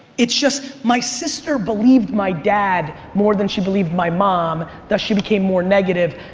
it's just my sister believed my dad more than she believed my mom thus she became more negative.